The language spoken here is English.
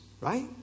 right